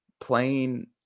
playing